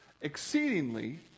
Exceedingly